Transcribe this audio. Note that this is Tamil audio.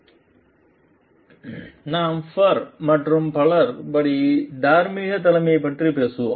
ஸ்லைடு நேரம் 3531 பார்க்கவும் நாம் ஃபர் மற்றும் பலர் படி தார்மீக தலைமை பற்றி பேசுவோம்